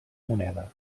moneda